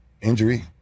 injury